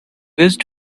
wished